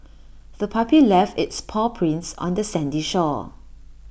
the puppy left its paw prints on the sandy shore